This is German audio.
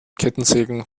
kettensägen